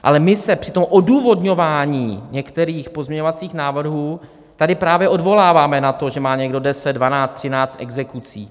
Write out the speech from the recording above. Ale my se při odůvodňování některých pozměňovacích návrhů tady právě odvoláváme na to, že má někdo deset, dvanáct, třináct exekucí.